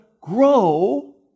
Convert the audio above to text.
grow